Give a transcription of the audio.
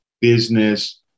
business